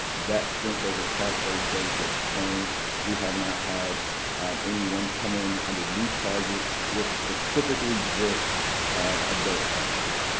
that since over the past thirty days has changed. we have not had anyone come in under new charges with specifically just adult charges.